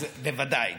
אז בוודאי.